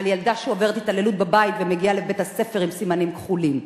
על ילדה שעוברת התעללות בבית ומגיעה לבית-הספר עם סימנים כחולים.